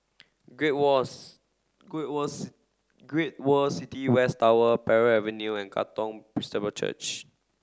Great World's Great World' s Great World City West Tower Parry Avenue and Katong Church